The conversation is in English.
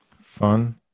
fun